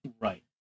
right